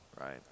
right